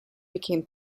became